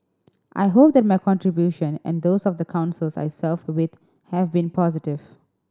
I hope that my contribution and those of the Councils I served with have been positive